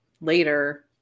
later